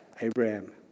Abraham